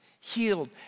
healed